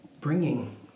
bringing